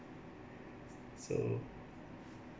so